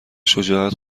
شجاعت